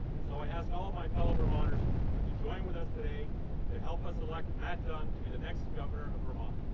so i asked all my fellow vermonters ah to join with us today to help us select matt dunne to be the next governor of vermont